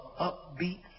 upbeat